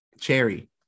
cherry